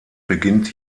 beginnt